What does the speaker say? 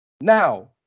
Now